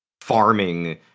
farming